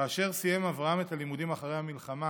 כאשר סיים אברהם את הלימודים אחרי המלחמה,